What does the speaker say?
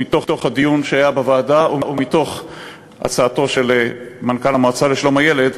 מתוך הדיון שהיה בוועדה ומתוך הצעתו של מנכ"ל המועצה לשלום הילד,